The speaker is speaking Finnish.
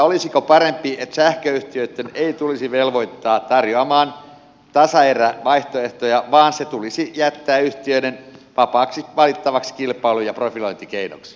olisiko parempi että sähköyhtiöitä ei tulisi velvoittaa tarjoamaan tasaerävaihtoehtoja vaan se tulisi jättää yhtiöiden vapaasti valittavaksi kilpailu ja profilointikeinoksi